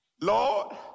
Lord